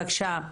בבקשה.